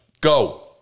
go